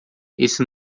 esse